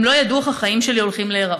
הם לא ידעו איך החיים שלי הולכים להיראות.